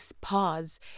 pause